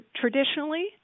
traditionally